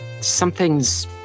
Something's